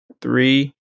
three